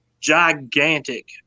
gigantic